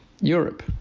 Europe